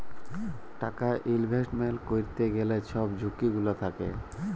টাকা ইলভেস্টমেল্ট ক্যইরতে গ্যালে ছব ঝুঁকি গুলা থ্যাকে